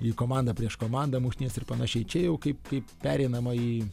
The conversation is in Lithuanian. į komandą prieš komandą muštynes ir panašiai čia jau kaip kaip pereinama į